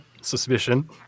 suspicion